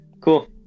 Cool